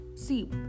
See